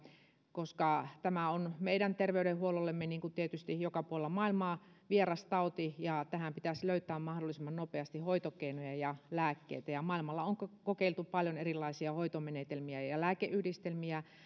koska tämä on meidän terveydenhuollollemme vieras tauti niin kuin tietysti joka puolella maailmaa ja tähän pitäisi löytää mahdollisimman nopeasti hoitokeinoja ja lääkkeitä maailmalla on kokeiltu paljon erilaisia hoitomenetelmiä ja ja lääkeyhdistelmiä